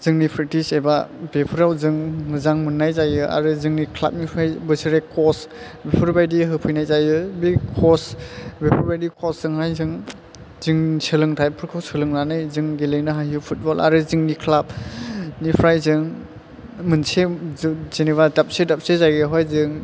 जोंनि फ्रेखथिस एबा बेफोराव जों मोजां मोननाय जायो आरो जोंनि ख्लाबनिफ्राय बोसोरे खस बेफोरबादि होफैनाय जायो बे खस बेफोरबादि खस जोंहाय जों सोलोंथायफोरखौ सोलोंनानै गेलेनो हायो फुथबल आरो जोंनि ख्लाब निफ्राय जों मोनसे जेनोबा दाबसे दाबसे जायगायावहाय जों